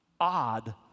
odd